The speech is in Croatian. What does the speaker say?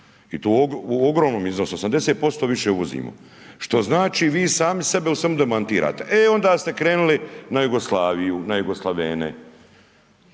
i to u ogromnom iznosu, 80% više uvozimo, što znači vi sami sebe u svemu demantirate. E onda ste krenuli na Jugoslaviju, na jugoslavene,